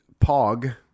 Pog